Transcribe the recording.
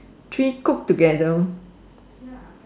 three cook together